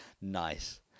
Nice